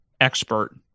expert